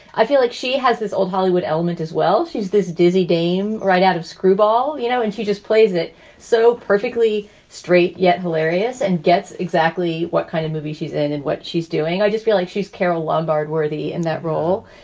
i feel like she has this old hollywood element as well. she's this dizzy dame right out of screwball, you know, and she just plays it so perfectly straight, yet hilarious and gets exactly what kind of movie she's in and what she's doing. i just feel like she's carole lombard worthy in that role.